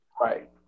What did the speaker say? Right